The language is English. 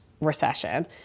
recession